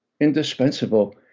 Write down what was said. indispensable